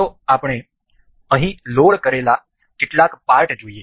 ચાલો આપણે અહીં લોડ કરેલા કેટલાક પાર્ટ જોઈએ